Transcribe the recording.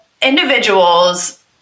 individuals